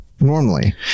normally